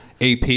AP